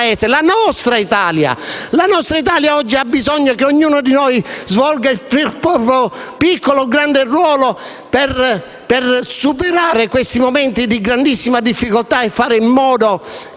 la nostra Italia oggi ha bisogno che ognuno di noi svolga il proprio piccolo, grande ruolo per superare questi momenti di grandissima difficoltà e fare in modo